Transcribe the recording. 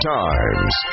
times